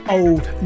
old